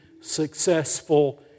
successful